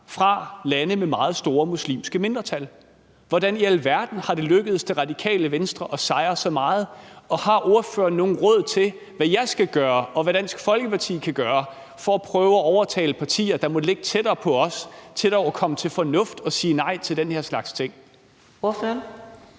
fra lande med meget store muslimske mindretal. Hvordan i alverden er det lykkedes for Radikale Venstre at sejre så meget? Har ordføreren nogle råd til, hvad jeg skal gøre, og hvad Dansk Folkeparti kan gøre for at prøve at overtale partier, der måtte ligge tættere på os, til dog at komme til fornuft og sige nej til den her slags ting? Kl.